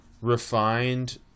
refined